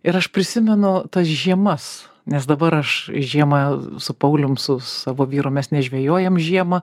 ir aš prisimenu tas žiemas nes dabar aš žiemą su paulium su savo vyru mes nežvejojam žiemą